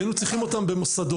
כי היינו צריכים אותם במוסדות.